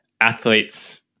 athletes